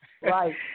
Right